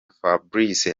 fabrice